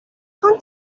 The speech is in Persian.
خوام